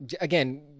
again